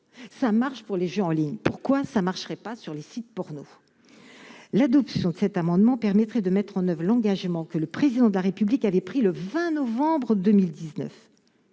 ça marche pour les jeux en ligne : pourquoi ça marcherait pas sur les sites porno l'adoption de cet amendement permettrait de mettre en oeuvre et l'engagement que le président de la République avait pris le 20 novembre 2019